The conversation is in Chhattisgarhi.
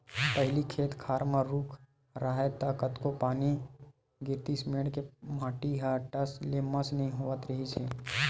पहिली खेत खार म रूख राहय त कतको पानी गिरतिस मेड़ के माटी ह टस ले मस नइ होवत रिहिस हे